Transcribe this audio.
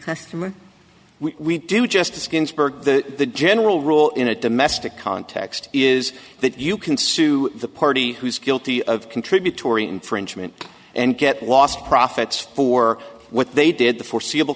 customer we do justice ginsburg the general rule in a domestic context is that you can sue the party who is guilty of contributory infringement and get lost profits for what they did the foreseeable